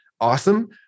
awesome